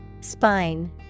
Spine